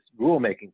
rulemaking